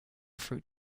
fruit